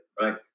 right